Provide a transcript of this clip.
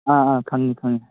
ꯑꯥ ꯑꯥ ꯈꯪꯏ ꯈꯪꯏ